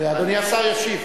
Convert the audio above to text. אדוני השר ישיב.